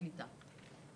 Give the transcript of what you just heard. הקליטה והחינוך.